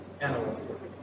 animals